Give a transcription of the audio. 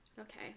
Okay